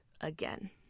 again